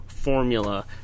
formula